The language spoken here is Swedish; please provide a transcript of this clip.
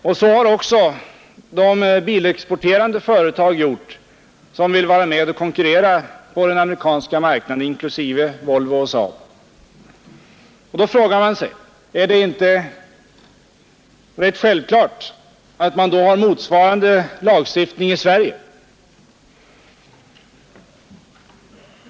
Det har också de bilexporterande företag som vill vara med och konkurrera på den amerikanska marknaden, inklusive Volvo och SAAB. Då frågar man sig: Är det då inte rätt självklart att vi skall ha en motsvarande lagstiftning i Sverige?